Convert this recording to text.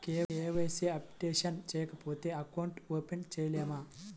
KYC updation చేయకపోతే account open చేయలేమా?